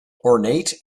ornate